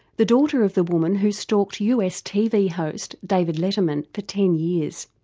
the daughter of the woman who stalked us tv host david letterman for ten years.